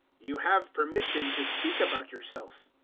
you have permission to speak about yourself.